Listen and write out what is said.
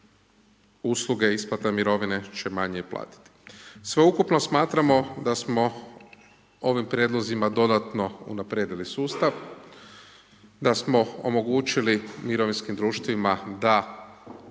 usluge isplata mirovine će manje i platiti. Sveukupno smatramo da smo ovim prijedlozima dodatno unaprijedili sustav, da smo omogućili mirovinskim društvima da